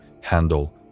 handle